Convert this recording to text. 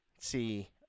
see